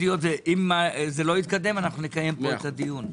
אם לא יתקדם, נקיים פה את הדיון.